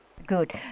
Good